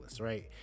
right